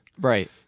right